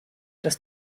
das